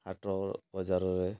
ହାଟ ବଜାରରେ